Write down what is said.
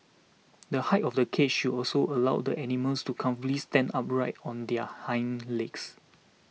the height of the cage should also allow the animals to comfortably stand upright on their hind legs